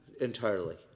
Entirely